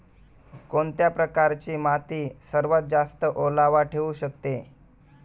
कोणत्या प्रकारची माती सर्वात जास्त ओलावा ठेवू शकते?